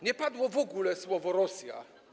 Nie padło w ogóle słowo: Rosja.